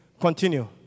Continue